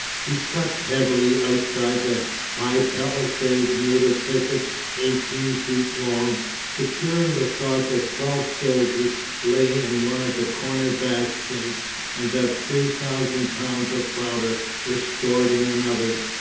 he slept heavily outside the high palisade made of pickets eighteen feet long, secure in the thought that twelve soldiers lay in one of the corner bastions and that three thousand pounds of powder were stored in another.